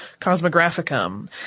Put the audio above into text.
Cosmographicum